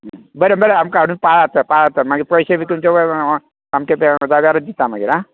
बरें बरें आमकां हाडून पांयांत तर मागीर पयशे बी तुमचे मागीर दिता तर हा बरें बरें